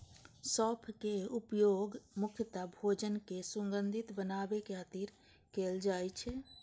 सौंफक उपयोग मुख्यतः भोजन कें सुगंधित बनाबै खातिर कैल जाइ छै